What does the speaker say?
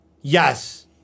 Yes